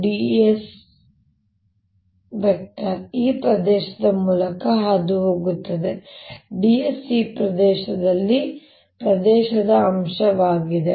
dS ಈ ಪ್ರದೇಶದ ಮೂಲಕ ಹಾದುಹೋಗುತ್ತದೆ ಮತ್ತು ds ಈ ಪ್ರದೇಶದಲ್ಲಿನ ಪ್ರದೇಶದ ಅಂಶವಾಗಿದೆ